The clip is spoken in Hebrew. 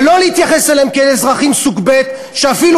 ולא להתייחס אליהם כאל אזרחים סוג ב' שאפילו